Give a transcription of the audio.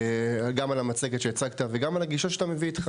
גם על המצגת שהצגת וגם על הגישה שאתה מביא איתך.